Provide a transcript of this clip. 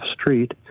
street